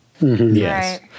Yes